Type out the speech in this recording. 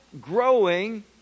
growing